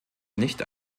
nicht